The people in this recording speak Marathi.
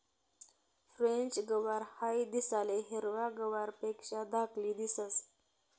फ्रेंच गवार हाई दिसाले हिरवा गवारपेक्षा धाकली दिसंस